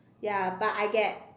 ya but I get